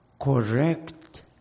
Correct